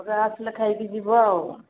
ଯାହା ଆସିଲେ ଖାଇକି ଯିବ